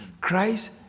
Christ